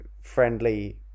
friendly